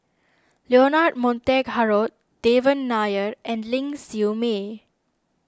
Leonard Montague Harrod Devan Nair and Ling Siew May